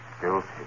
Guilty